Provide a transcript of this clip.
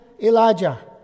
Elijah